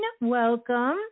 Welcome